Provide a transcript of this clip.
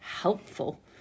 helpful